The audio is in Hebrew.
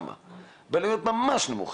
אבל עלויות ממש נמוכות,